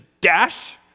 dash